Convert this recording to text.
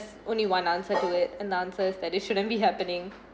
only one answer to it and the answer is that it shouldn't be happening